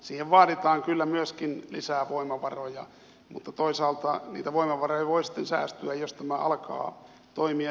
siihen vaaditaan kyllä myöskin lisää voimavaroja mutta toisaalta niitä voimavaroja voi sitten säästyä jos tämä alkaa toimia